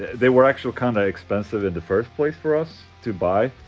they were actually kinda expensive in the first place for us to buy,